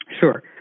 sure